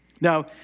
Now